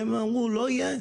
הם אמרו, לא יהיה.